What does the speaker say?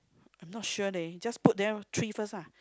I'm not sure leh just put there three first ah